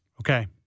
Okay